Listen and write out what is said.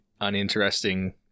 uninteresting